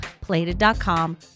Plated.com